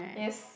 yes